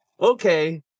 okay